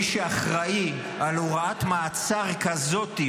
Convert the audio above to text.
מי שאחראי על הוראת מעצר כזאת,